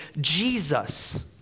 Jesus